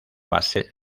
base